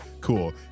cool